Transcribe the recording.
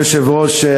אדוני היושב-ראש,